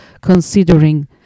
considering